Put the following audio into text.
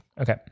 Okay